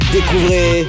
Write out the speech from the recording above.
Découvrez